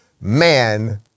man